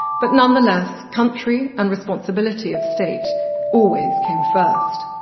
but nonetheless, country and responsibility of state always came first.